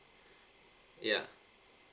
ya